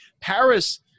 Paris